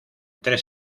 tres